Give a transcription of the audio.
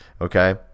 Okay